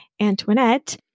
Antoinette